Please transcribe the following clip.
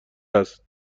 است